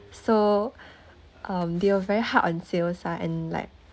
so um they were very hard on sales ah and like